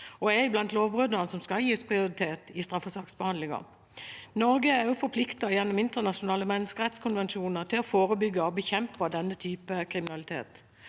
og er blant lovbruddene som skal gis prioritet i straffesaksbehandlingen. Norge er også forpliktet gjennom internasjonale menneskerettskonvensjoner til å forebygge og bekjempe denne typen kriminalitet.